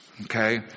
Okay